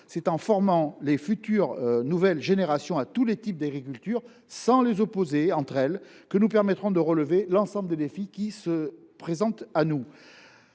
C’est en formant les futures générations à tous les types d’agriculture sans les opposer entre eux que nous pourrons relever l’ensemble des défis qui se présentent à nous.